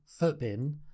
Footbin